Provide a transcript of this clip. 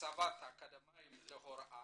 הסבת אקדמאים להוראה,